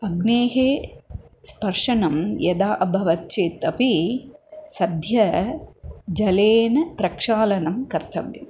अग्नेः स्पर्शनं यदा अभवत् चेत् अपि सद्य जलेन प्रक्षालनं कर्तव्यम्